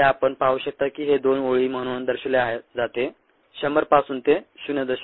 जसे आपण पाहू शकता की हे दोन ओळी म्हणून दर्शविले जाते 100 पासून ते 0